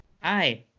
Hi